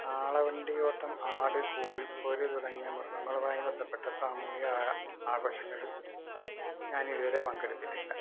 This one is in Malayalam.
കാളവണ്ടിയോട്ടം ആട് കോഴിപ്പോര് തുടങ്ങിയ മൃഗങ്ങളുമായി ബന്ധപ്പെട്ട സാമൂഹിക ആഘോഷങ്ങളില് ഞാനിതുവരെ പങ്കെടുത്തിട്ടില്ല